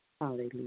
Hallelujah